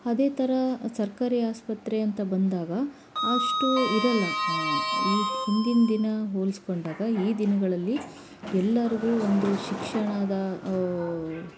ಅದೇ ಥರ ಸರ್ಕಾರಿ ಆಸ್ಪತ್ರೆ ಅಂತ ಬಂದಾಗ ಅಷ್ಟು ಇರೋಲ್ಲ ಈ ಹಿಂದಿನ ದಿನ ಹೋಲ್ಸಿಕೊಂಡಾಗ ಈ ದಿನಗಳಲ್ಲಿ ಎಲ್ಲರಿಗೂ ಒಂದು ಶಿಕ್ಷಣದ